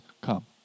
come